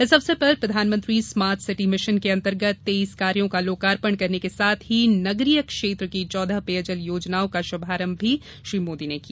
इस अवसर पर प्रधानमंत्री स्मार्ट सिटी मिशन के अंतर्गत तेईस कार्यों का लोकार्पण करने के साथ ही नगरीय क्षेत्र की चौदह पेयजल योजनाओं का श्भारंभ किया